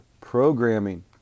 programming